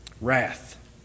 Wrath